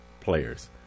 players